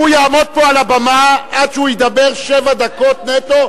הוא יעמוד פה על הבמה עד שהוא ידבר שבע דקות נטו,